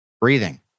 breathing